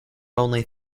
only